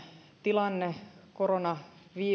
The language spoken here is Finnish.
tilanne koronavirus